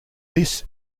this